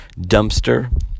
dumpster